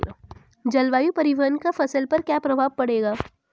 जलवायु परिवर्तन का फसल पर क्या प्रभाव पड़ेगा?